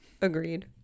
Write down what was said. agreed